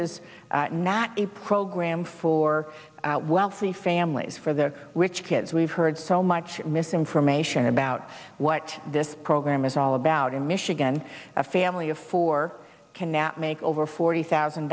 is not a program for while for the families for the rich kids we've heard so much misinformation about what this program is all about in michigan a family of four can now make over forty thousand